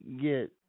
get